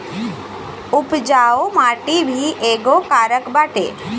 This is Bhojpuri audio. उपजाऊ माटी भी एगो कारक बाटे